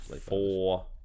four